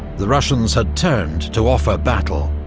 the russians had turned to offer battle.